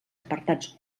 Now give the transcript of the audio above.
apartats